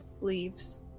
leaves